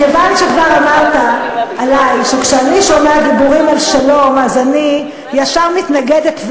מכיוון שכבר אמרת עלי שכשאני שומעת דיבורים על שלום אני ישר מתנגדת,